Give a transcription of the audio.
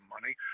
money